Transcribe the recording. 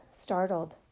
startled